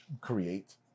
create